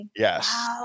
Yes